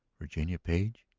virginia page,